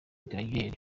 gaulle